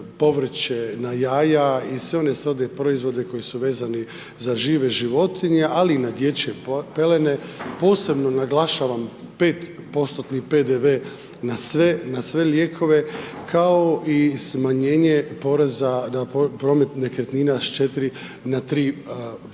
povrće, na jaja i sve one srodne proizvode koji su vezane za žive životinje, ali i na dječje pelene. Posebno naglašavam 5%-tni PDV na sve lijekove, kao i smanjenje poreza na promet nekretnina s 4 na 3%.